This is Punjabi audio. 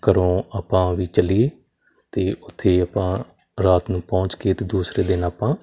ਘਰੋਂ ਆਪਾਂ ਵੀ ਚੱਲੀਏ ਅਤੇ ਉੱਥੇ ਆਪਾਂ ਰਾਤ ਨੂੰ ਪਹੁੰਚ ਕੇ ਅਤੇ ਦੂਸਰੇ ਦਿਨ ਆਪਾਂ